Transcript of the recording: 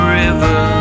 river